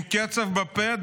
עם קצף בפה,